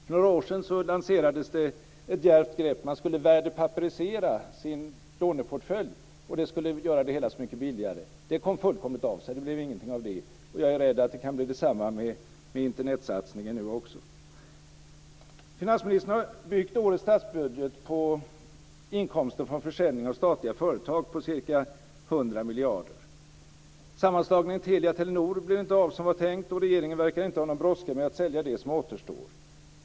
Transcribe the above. För några år sedan lanserades ett djärvt grepp. Man skulle "värdepapperisera" sin låneportfölj. Det skulle göra det hela så mycket billigare men det kom fullkomligt av sig. Det blev ingenting av det. Jag är rädd att det kan bli detsamma också med Internetsatsningen nu. Finansministern har byggt årets statsbudget på inkomster från försäljning av statliga företag på ca 100 miljarder. Sammanslagningen Telia-Telenor blev inte av så som det var tänkt. Regeringen verkar inte ha någon brådska med att sälja det som återstår.